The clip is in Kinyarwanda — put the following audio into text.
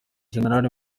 general